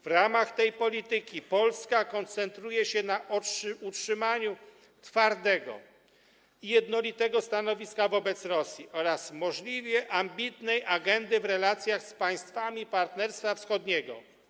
W ramach tej polityki Polska koncentruje się na utrzymaniu twardego i jednolitego stanowiska wobec Rosji oraz możliwie ambitnej agendy w relacjach z państwami Partnerstwa Wschodniego.